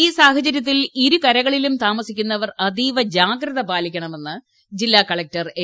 ഈ സാഹചര്യത്തിൽ ഇരു കരകളിലും താമസിക്കുന്നവർ അതീവ ജാഗ്രത പാലിക്കണമെന്ന് ജില്ലാ കളക്ടർ എ